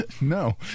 no